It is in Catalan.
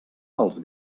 els